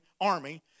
army